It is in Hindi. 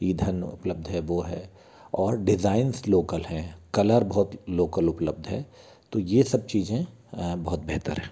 ईधन उपलब्ध है वो है और डिज़ाईन्स लोकल हैं कलर बहुत लोकल उपलब्ध है तो ये सब चीज़ें बहुत बेहतर है